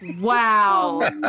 Wow